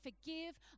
forgive